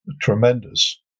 tremendous